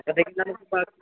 എന്തെങ്കിലും